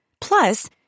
Plus